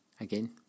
again